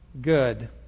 good